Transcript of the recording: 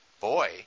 boy